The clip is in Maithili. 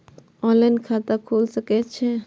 ऑनलाईन खाता खुल सके ये?